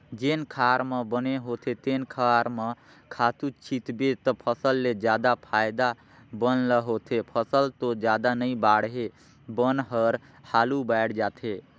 जेन खार म बन होथे तेन खार म खातू छितबे त फसल ले जादा फायदा बन ल होथे, फसल तो जादा नइ बाड़हे बन हर हालु बायड़ जाथे